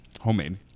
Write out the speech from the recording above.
homemade